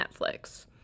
Netflix